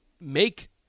make